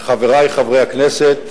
אדוני יושב-ראש הכנסת, חברי חברי הכנסת,